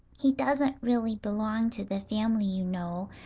he doesn't really belong to the family, you know,